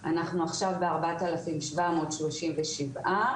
אנחנו עכשיו בארבעת אלפים שבע מאות שלושים ושבעה.